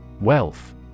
Wealth